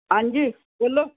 ਹਾਂਜੀ ਬੋਲੋ